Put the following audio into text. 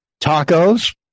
tacos